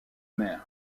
mer